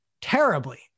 terribly